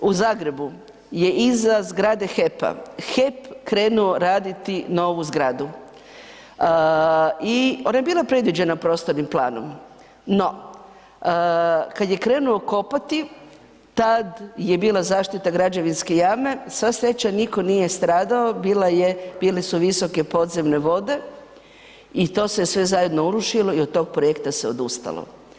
U Zagrebu je iza zgrade HEP-a HEP krenuo raditi novu zgradu i ona je bila predviđena prostornim planom, no kad je krenuo kopati, tad je bila zaštita građevinske jame, sva sreća nitko nije stradao, bila je, bile su visoke podzemne vode i to se sve zajedno urušilo i od tog projekta se odustalo.